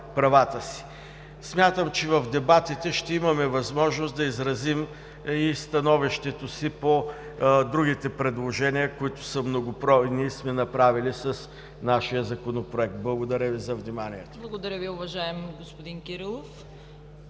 Смятам, че в дебатите ще имаме възможност да изразим и становището си по другите предложения, които са многобройни и сме направили с нашия Законопроект. Благодаря Ви за вниманието. ПРЕДСЕДАТЕЛ ЦВЕТА КАРАЯНЧЕВА: Благодаря Ви, уважаеми господин Кирилов.